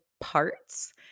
parts